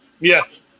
Yes